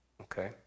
Okay